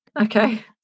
Okay